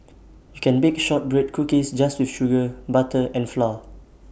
you can bake Shortbread Cookies just with sugar butter and flour